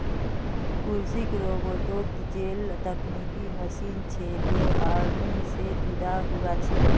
कृषि रोबोतोत जेल तकनिकी मशीन छे लेअर्निंग से जुदा हुआ छे